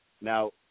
Now –